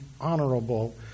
honorable